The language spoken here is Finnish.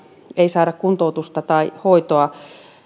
ei saada kuntoutusta tai hoitoa